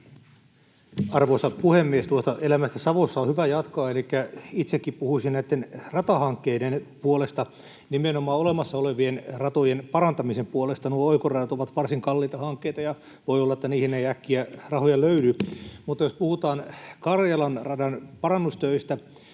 Arvoisa puhemies! Tuosta elämästä Savossa on hyvä jatkaa, elikkä itsekin puhuisin näitten ratahankkeiden puolesta, nimenomaan olemassa olevien ratojen parantamisen puolesta. Nuo oikoradat ovat varsin kalliita hankkeita, ja voi olla, että niihin ei äkkiä rahoja löydy. Mutta jos puhutaan Karjalan radan parannustöistä